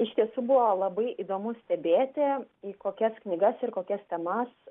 iš tiesų buvo labai įdomu stebėti į kokias knygas ir kokias temas